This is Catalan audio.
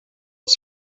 els